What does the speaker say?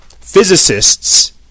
Physicists